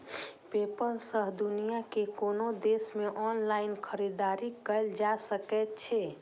PayPal सं दुनिया के कोनो देश मे ऑनलाइन खरीदारी कैल जा सकै छै